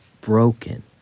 broken